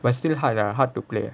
but stil hard ah hard to play